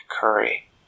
Curry